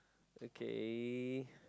okay